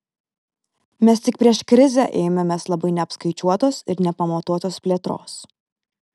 mes tik prieš krizę ėmėmės labai neapskaičiuotos ir nepamatuotos plėtros